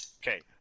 Okay